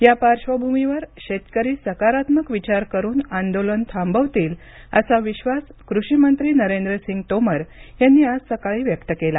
या पार्श्वभूमीवर शेतकरी सकारात्मक विचार करुन आंदोलन थांबवतील असा विश्वास कृषीमंत्री नरेंद्र सिंग तोमर यांनी आज सकाळी व्यक्त केला